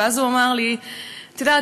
ואז הוא אמר לי: את יודעת,